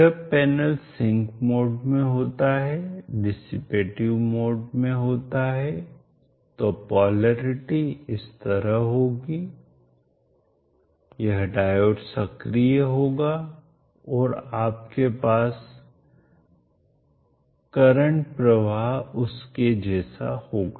जब panel sink mode में होता है डीसीपेटीव मोड में होता है तो पोलैरिटी इस तरह होगी यह डायोड सक्रिय होगा और आपके पास करंट प्रवाह उसके जैसा होगा